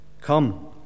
Come